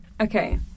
okay